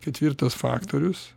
ketvirtas faktorius